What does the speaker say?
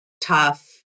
tough